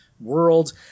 world